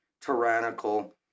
tyrannical